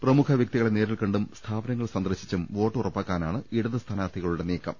പ്രമുഖ വൃക്തികളെ നേരിൽകണ്ടും സ്ഥാപന ങ്ങൾ സന്ദർശിച്ചും വോട്ട് ഉറപ്പാക്കാനാണ് ഇടത് സ്ഥാനാർത്ഥികളുടെ നീക്കം